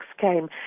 came